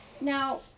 Now